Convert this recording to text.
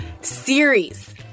series